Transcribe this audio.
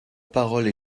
parole